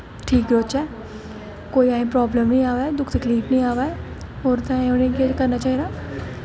ठीक रोह्चै कोई असें गी प्रॉब्लम निं आवै दुक्ख तकलीफ निं आवै होर तुसें उ'नें ई केह् करना चाहिदा ऐ